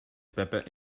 peper